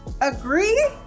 Agree